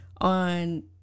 on